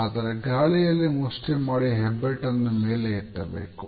ಆದರೆ ಗಾಳಿಯಲ್ಲಿ ಮುಷ್ಟಿ ಮಾಡಿ ಹೆಬ್ಬೆಟ್ಟನ್ನು ಮೇಲೆ ಎತ್ತಬೇಕು